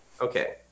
Okay